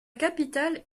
capitale